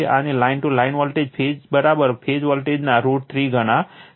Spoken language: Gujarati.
અને લાઇન ટુ લાઇન વોલ્ટેજ ફેઝના વોલ્ટેજના રૂટ 3 ગણા છે